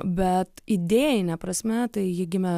bet idėjine prasme tai ji gimė